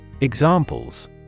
Examples